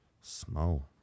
Small